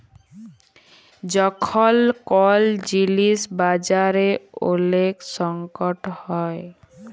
যখল কল জিলিস বাজারে ওলেক সংকট হ্যয়